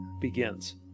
begins